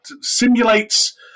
simulates